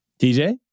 TJ